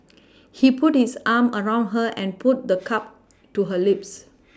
he put his arm around her and put the cup to her lips